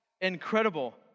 incredible